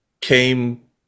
came